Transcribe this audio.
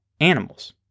animals